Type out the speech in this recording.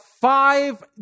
five